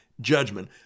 judgment